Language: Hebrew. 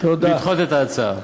לדחות את ההצעה.